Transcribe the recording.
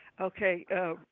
Okay